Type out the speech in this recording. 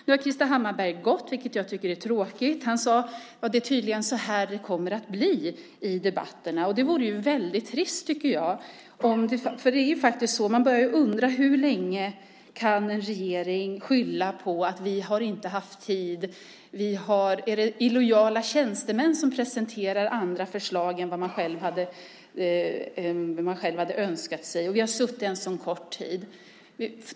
Nu har Krister Hammarbergh gått, vilket jag tycker är tråkigt. Han sade: Det är tydligen så här det kommer att bli i debatterna. Det vore ju väldigt trist, tycker jag. Det är faktiskt så att man börjar undra hur länge en regering kan skylla på att den inte har haft tid. Är det illojala tjänstemän som presenterar andra förslag än ni själva hade önskat er? Ni säger att ni har suttit en sådan kort tid.